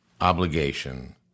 obligation